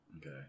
Okay